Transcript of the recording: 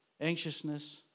anxiousness